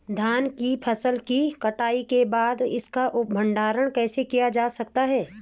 धान की फसल की कटाई के बाद इसका भंडारण कैसे किया जा सकता है?